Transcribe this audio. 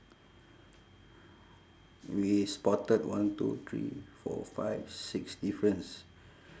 we spotted one two three four five six difference